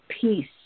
peace